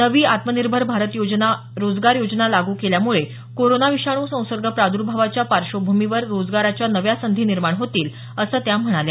नवी आत्मनिभेर भारत रोजगार योजना लागू केल्यामुळे कोरोना विषाणू संसर्ग प्रादुर्भावाच्या पार्श्वभूमीवर रोजगाराच्या नव्या संधी निर्माण होतील असं त्या म्हणाल्या